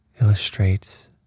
illustrates